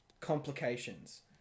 complications